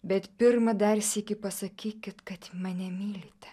bet pirma dar sykį pasakykit kad mane mylite